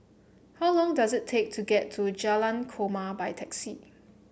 how long does it take to get to Jalan Korma by taxi